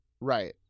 Right